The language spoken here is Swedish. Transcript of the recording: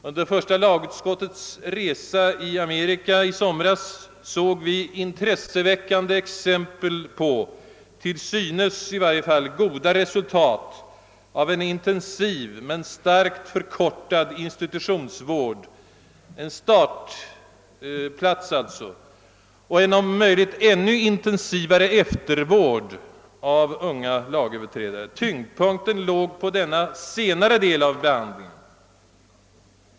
Under första lagutskottets resa i Amerika i somras såg vi intresseväckande exempel på till synes goda resultat av en intensiv men starkt förkortad institutionsvård och en om möjligt ännu intensivare eftervård av unga lagöverträdare. Tyngdpunkten låg på denna senare del av behandlingen.